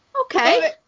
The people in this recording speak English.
okay